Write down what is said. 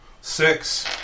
Six